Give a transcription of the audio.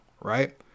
right